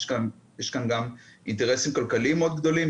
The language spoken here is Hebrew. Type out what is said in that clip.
יש כאן גם אינטרסים כלכליים מאוד גדולים,